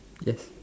yes